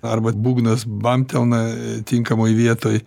arba būgnas bamptelna tinkamoj vietoj